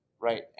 Right